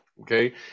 okay